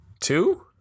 Two